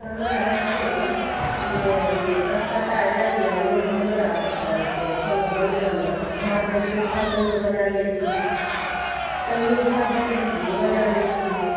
समय रहितो जे असकता जाइए मन हमरा तऽ से खाना बनबयमे तऽ भात दालि चोखा कहिओ बना लय छी कहिओ भात दाल भुजिए बना लय छी